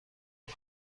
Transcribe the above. هیچ